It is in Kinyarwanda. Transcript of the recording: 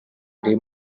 iri